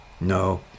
No